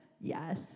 yes